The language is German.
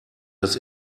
dass